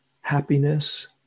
happiness